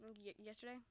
Yesterday